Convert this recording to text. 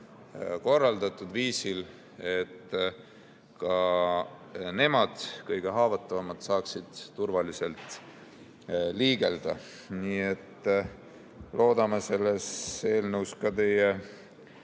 korraldatud viisil, et ka nemad, kõige haavatavamad, saaksid turvaliselt liigelda. Nii et loodame selle eelnõu puhul teie